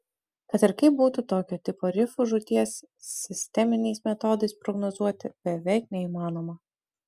kad ir kaip būtų tokio tipo rifų žūties sisteminiais metodais prognozuoti beveik neįmanoma